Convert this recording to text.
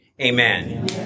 amen